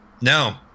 No